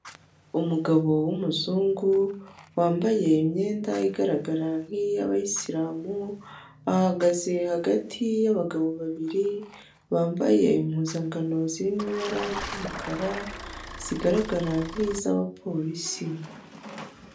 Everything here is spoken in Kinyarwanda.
Umugabo w'umuzungu wambaye imyenda igaragara nk'iyabayisilamu, ahagaze hagati y'abagabo babiri bambaye impuzankano zirimo ibara ry'umukara zigaragara nki'iz'abapolisi.